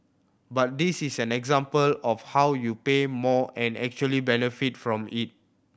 but this is an example of how you pay more and actually benefit from it